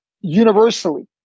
universally